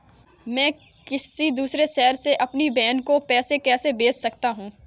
मैं किसी दूसरे शहर से अपनी बहन को पैसे कैसे भेज सकता हूँ?